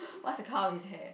what's the color of his hair